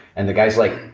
and the guy is like,